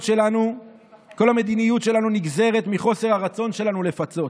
שלנו נגזרת מחוסר הרצון שלנו לפצות.